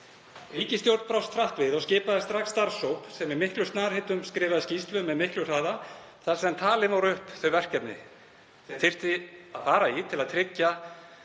Ríkisstjórnin brást hratt við og skipaði strax starfshóp sem í miklum snarheitum skrifaði skýrslu með miklum hraða þar sem talin voru upp þau verkefni sem þegar þyrfti að fara í til að tryggja